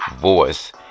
voice